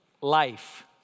Life